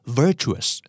virtuous